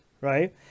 right